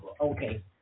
okay